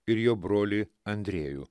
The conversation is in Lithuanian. ir jo brolį andriejų